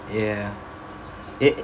ya eh